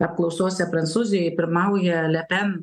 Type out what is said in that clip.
apklausose prancūzijoj pirmauja le pen